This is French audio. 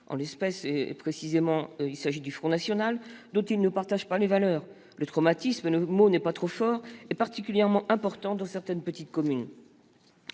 en l'espèce le Front national, dont ils ne partagent pas les valeurs. Le traumatisme- le mot n'est pas trop fort -est particulièrement important dans certaines petites communes.